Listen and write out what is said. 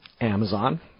Amazon